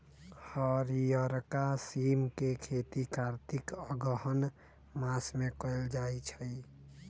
हरियरका सिम के खेती कार्तिक अगहन मास में कएल जाइ छइ